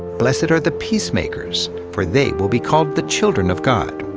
blessed are the peacemakers, for they will be called the children of god.